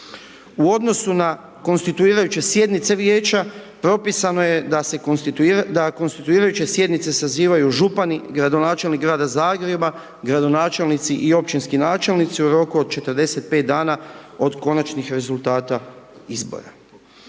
U odnosu na konstituirajuće sjednice vijeća propisano je da konstituirajuće sjednice sazivaju župani, gradonačelnik Grada Zagreba, gradonačelnici i općinski načelnici u roku od 45 dana od konačnih rezultata izbora.